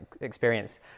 experience